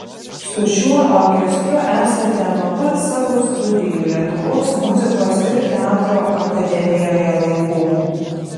su šiuo orkestru esate nuo pat savo studijų lietuvos muzikos ir teatro akademijoje laikų